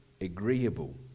agreeable